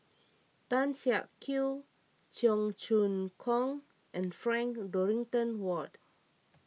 Tan Siak Kew Cheong Choong Kong and Frank Dorrington Ward